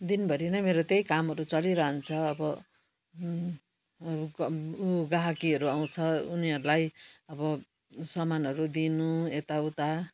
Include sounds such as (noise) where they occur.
दिनभरि नै मेरो त्यही कामहरू चलिरहन्छ अब (unintelligible) गाहाकीहरू आउँछ उनीहरूलाई अब सामानहरू दिनु यताउता